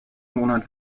monat